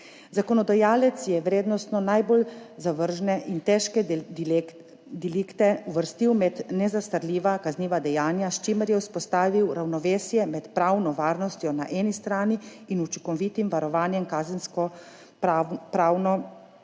Zakonodajalec je vrednostno najbolj zavržne in težke delikte uvrstil med nezastarljiva kazniva dejanja, s čimer je vzpostavil ravnovesje med pravno varnostjo na eni strani in učinkovitim varovanjem kazenskopravno varovanih